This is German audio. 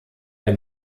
der